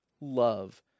love